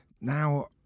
now